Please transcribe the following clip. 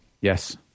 Yes